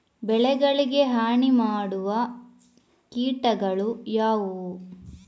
ಬೆಳೆಗಳಿಗೆ ಹಾನಿ ಮಾಡುವ ಕೀಟಗಳು ಯಾವುವು?